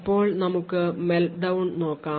ഇപ്പോൾ നമുക്ക് Meltdown നോക്കാം